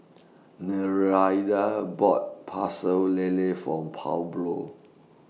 Nereida bought Pecel Lele form Pablo